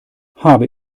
habe